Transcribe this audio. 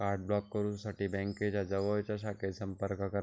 card block करुसाठी बँकेच्या जवळच्या शाखेत संपर्क करा